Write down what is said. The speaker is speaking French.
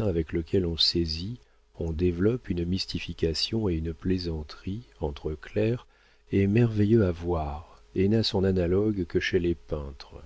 avec lequel on saisit on développe une mystification et une plaisanterie entre clercs est merveilleux à voir et n'a son analogue que chez les peintres